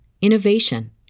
innovation